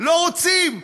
לא רוצים,